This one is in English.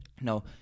No